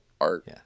art